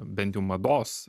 bent jau mados